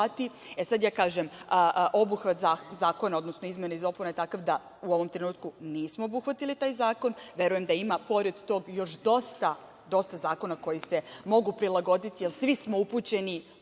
sad, ja kažem - obuhvat zakona, odnosno izmene i dopune, u ovom trenutku je takav da nismo obuhvatili taj zakon. Verujem da ima, pored tog, još dosta zakona koji se mogu prilagoditi, jer svi smo upućeni